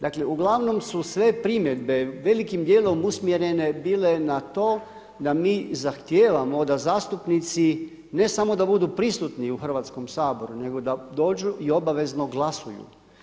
Dakle uglavnom su sve primjedbe velikim dijelom usmjerene bile na to da mi zahtijevamo da zastupnici ne samo da budu prisutni u Hrvatskom saboru nego da dođu i obavezno glasuju.